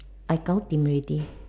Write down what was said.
I already